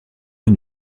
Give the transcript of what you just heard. une